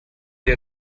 sie